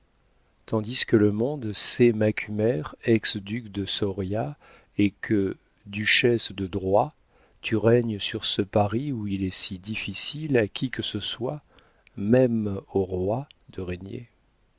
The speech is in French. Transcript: tandis que le monde sait macumer ex duc de soria et que duchesse de droit tu règnes sur ce paris où il est si difficile à qui que ce soit même aux rois de régner